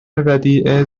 ودیعه